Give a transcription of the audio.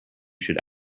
should